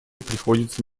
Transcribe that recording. приходится